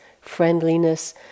friendliness